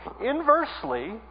Inversely